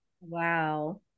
Wow